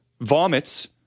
Vomits